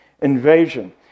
invasion